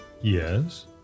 Yes